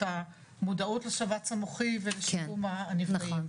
המודעות לשבץ המוחי ולשיקום הנפגעים,